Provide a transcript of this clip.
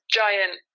giant